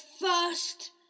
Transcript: first